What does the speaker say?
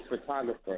photographer